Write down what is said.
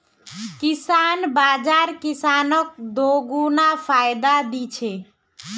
किसान बाज़ार किसानक दोगुना फायदा दी छे